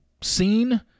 scene